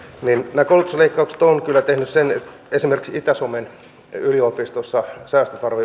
nämä koulutusleikkaukset ovat kyllä tehneet sen että esimerkiksi itä suomen yliopistossa säästötarve